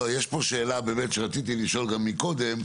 יש פה שאלה שרציתי לשאול מקודם,